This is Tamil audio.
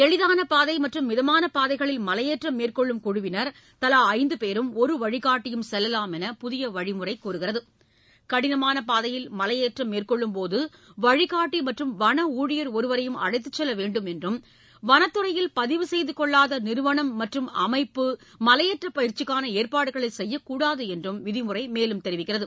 எளிதான பாதை மற்றும் மிதமான பாதைகளில் மலையேற்றம் மேற்கொள்ளும் குழுவினா் தலா ஐந்து பேரும் ஒரு வழிக்காட்டியும் செல்லலாம் என்று புதிய நெறிமுறை கூறுகிறது கடினமான பாதையில் மலையேற்றம் மேற்கொள்ளும்போது வழிகாட்டி மற்றும் வன ஊழியர் ஒருவரையும் அழைத்துச் செல்ல வேண்டும் என்றும் வனத்துறையில் பதிவு செய்துக்கொள்ளாத நிறுவனம் மற்றும் அமைப்பு மலையேற்ற பயிற்சிக்கான ஏற்பாடுகளை செய்யக்கூடாது என்றும் விதிமுறை மேலும் தெரிவிக்கிறது